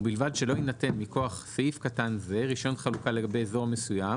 ובלבד שלא יינתן מכוח סעיף קטן זה רישיון חלוקה לגבי אזור מסוים